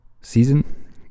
season